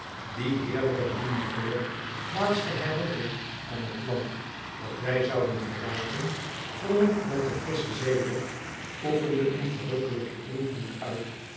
die heerlijke bloemengeur laatste herinnering aan het land dat wij zouden verlaten vermengd met de frissche zeelucht oefende een verrukkehjken invloed uit